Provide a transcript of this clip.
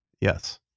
yes